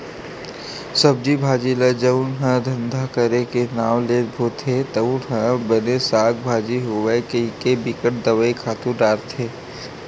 सब्जी भाजी ल जउन ह धंधा करे के नांव ले बोथे तउन ह बने साग भाजी होवय कहिके बिकट दवई, खातू डारथे